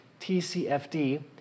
TCFD